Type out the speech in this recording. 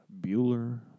Bueller